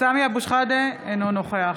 סמי אבו שחאדה, אינו נוכח